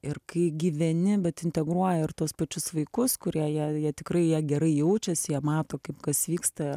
ir kai gyveni bet integruoji ir tuos pačius vaikus kurie jie jie tikrai jie gerai jaučiasi jie mato kaip kas vyksta